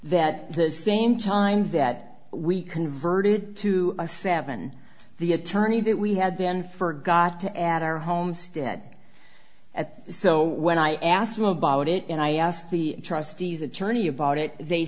that the same time that we converted to a seven the attorney that we had then forgot to add our homestead at so when i asked him about it and i asked the trustees attorney about it they